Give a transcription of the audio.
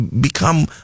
become